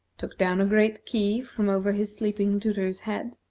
took down a great key from over his sleeping tutor's head,